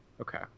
Okay